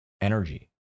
energy